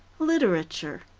literature,